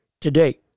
today